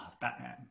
Batman